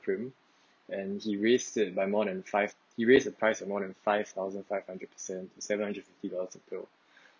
and he raised it by more than five he raised the price of more than five thousand five hundred percent seven hundred fifty dollars a pill